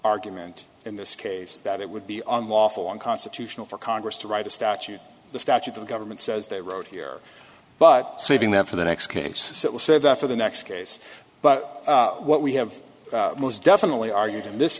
argument in this case that it would be on lawful unconstitutional for congress to write a statute the statute the government says they wrote here but saving that for the next case that will save that for the next case but what we have most definitely argued in this